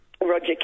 Roger